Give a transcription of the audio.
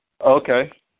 Okay